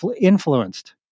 influenced